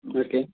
okay